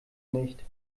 nicht